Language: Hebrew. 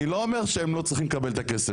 אני לא אומר שהם לא צריכים לקבל את הכסף.